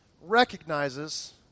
recognizes